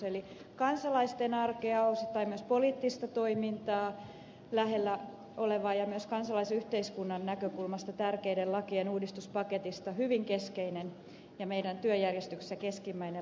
eli on kansalaisten arkea osittain myös poliittista toimintaa lähellä oleva ja myös kansalaisyhteiskunnan näkökulmasta tärkeiden lakien uudistuspaketista hyvin keskeinen ja meidän työjärjestyksessämme keskeinen laki käsillä